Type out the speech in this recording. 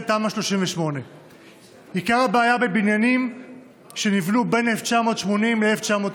תמ"א 38. עיקר הבעיה הוא בבניינים שנבנו בין 1980 ל-1992.